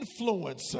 influencer